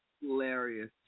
Hilarious